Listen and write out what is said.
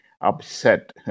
upset